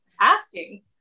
asking